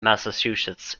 massachusetts